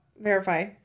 verify